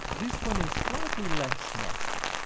this one is slightly less nasty.